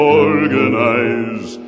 organize